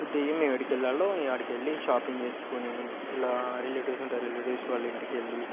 దిగి మేము ఎక్కడికెళ్ళాలో ఇక అక్కడికెళ్ళి షాపింగ్ చేసుకొని ఇలా రిలేటివ్స్ ఉంటే రిలేటివ్స్ వాళ్ళ ఇంటికెళ్ళి